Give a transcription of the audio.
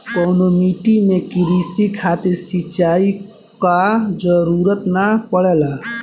कउना माटी में क़ृषि खातिर सिंचाई क जरूरत ना पड़ेला?